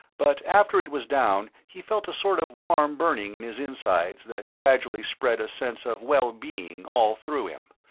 but after it was down, he felt a sort of warm burning in his insides that gradually spread a sense of well-being all through him.